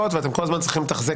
מי הדוברת?